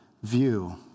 view